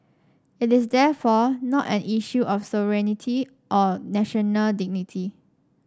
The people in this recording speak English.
this is therefore not an issue of sovereignty or national dignity